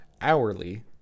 hourly